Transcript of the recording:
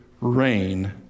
rain